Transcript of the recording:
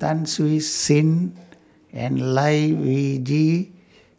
Tan Siew Sin and Lai Weijie